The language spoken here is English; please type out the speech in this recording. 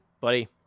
buddy